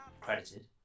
credited